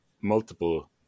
multiple